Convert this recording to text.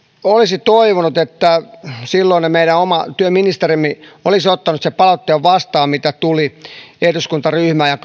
olisivat toivoneet että silloinen meidän oma työministerimme olisi ottanut sen palautteen vastaan mitä tuli eduskuntaryhmään ja